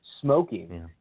Smoking